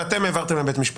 ולכן העברתם אותן לבית המשפט.